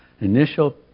Initial